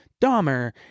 Dahmer